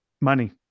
Money